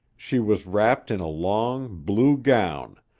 she was wrapped in a long, blue gown,